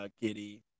Giddy